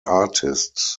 artists